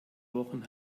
wochen